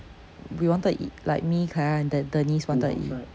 we wanted to eat like me kai yang and de~ denise wanted to eat